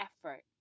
effort